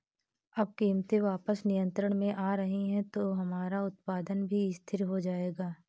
अब कीमतें वापस नियंत्रण में आ रही हैं तो हमारा उत्पादन भी स्थिर हो जाएगा